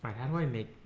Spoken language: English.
how do i mean